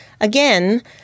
Again